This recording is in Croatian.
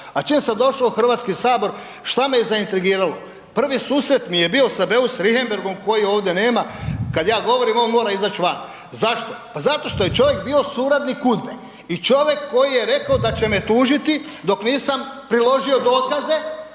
a čim sam došao u HS, što me zaintrigiralo? Prvi susret mi je bio sa Beus Richemberghom koji ovdje nema, kad ja govorim, on mora izaći van. Zašto? Pa zato što je čovjek bio suradnik UDBA-e i čovjek koji je rekao da će me tužiti dok nisam priložio dokaze